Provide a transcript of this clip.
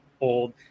old